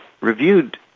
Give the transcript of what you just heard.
reviewed